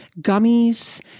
gummies